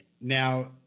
Now